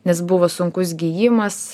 nes buvo sunkus gijimas